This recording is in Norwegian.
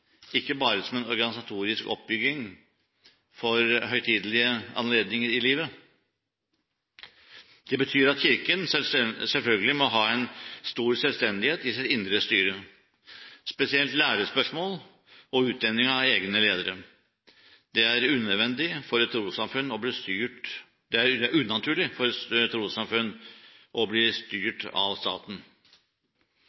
ikke bare som en organisatorisk oppbygging for høytidelige anledninger i livet. Det betyr at Kirken selvfølgelig må ha stor selvstendighet i sitt indre styre, spesielt i lærespørsmål og i utnevning av egne ledere. Det er unaturlig for et trossamfunn å bli styrt